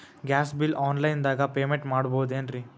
Gas bill online ದಾಗ payment ಮಾಡಬೋದೇನ್ರಿ?